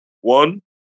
One